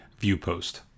ViewPost